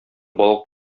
балык